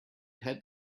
had